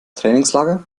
trainingslager